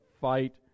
fight